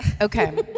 Okay